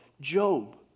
Job